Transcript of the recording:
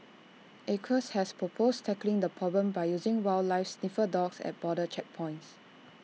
acres has proposed tackling the problem by using wildlife sniffer dogs at border checkpoints